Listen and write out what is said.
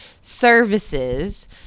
services